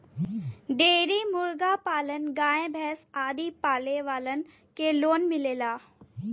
dairy मुर्गी पालन गाय भैस आदि पाले वालन के लोन मिलेला